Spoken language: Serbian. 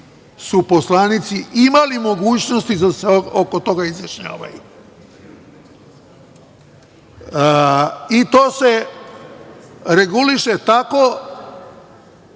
su poslanici imali mogućnosti da se oko toga izjašnjavaju. To se reguliše tako,